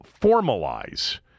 formalize